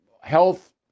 health